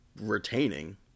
retaining